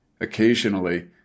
Occasionally